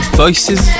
voices